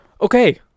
Okay